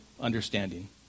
understanding